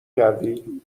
کردی